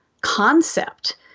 concept